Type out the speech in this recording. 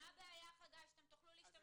חגי, מה הבעיה שאתם תוכלו להשתמש